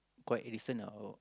quite recently lah oh